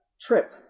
trip